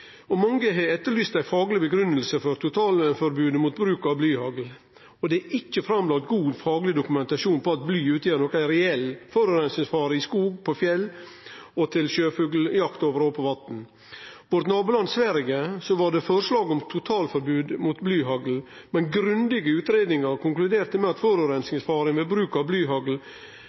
Mange har etterlyst ei fagleg grunngiving for eit totalforbod mot bruk av blyhagl. Det er ikkje lagt fram god, fagleg dokumentasjon på at bly utgjer nokon reell forureiningsfare i skog, på fjell eller brukt til sjøfugljakt over ope vatn. I nabolandet vårt Sverige var det forslag om totalforbod mot blyhagl, men grundige utgreiingar konkluderte med at forureiningsfaren ved bruk av